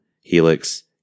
Helix